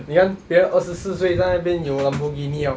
你看别人二十四岁在那边有 Lamborghini liao